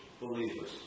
believers